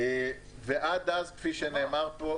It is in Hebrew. אנחנו, כפי שאמרתי,